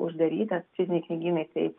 uždaryta fiziniai knygynai kaip